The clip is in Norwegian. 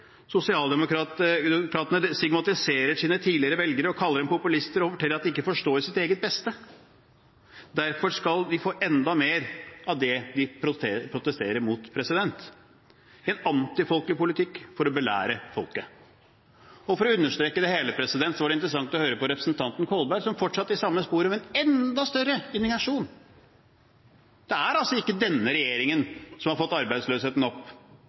ikke. Sosialdemokratene stigmatiserer sine tidligere velgere og kaller dem populister og forteller dem at de ikke forstår sitt eget beste. Derfor skal vi få enda mer av det de protesterer mot – en antifolkepolitikk for å belære folket. Og for å understreke det hele, var det interessant å høre på representanten Kolberg som fortsatte i samme sporet, men med enda større indignasjon. Det er altså ikke denne regjeringen som har fått arbeidsløsheten opp